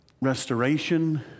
restoration